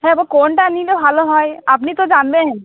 হ্যাঁ এবার কোনটা নিলে ভালো হয় আপনি তো জানবেন